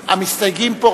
המסתייגים פה,